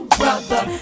brother